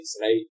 right